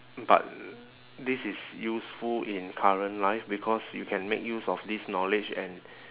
but this is useful in current life because you can make use of this knowledge and